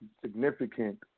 significant